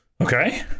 Okay